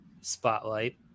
spotlight